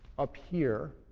up here.